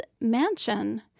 mansion